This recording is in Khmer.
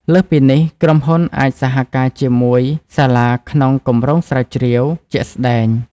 លើសពីនេះ ក្រុមហ៊ុនអាចសហការជាមួយសាលាក្នុង គម្រោងស្រាវជ្រាវ ជាក់ស្តែង។